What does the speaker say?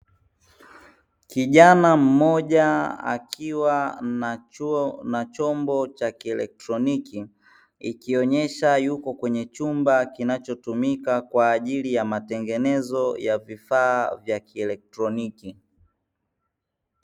Kijana mmoja akiwa na chuo na chombo cha kielektroniki, ikionyesha yuko kwenye chumba kinachotumika kwa ajili ya matengenezo ya vifaa vya kielektroniki.